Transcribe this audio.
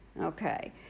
Okay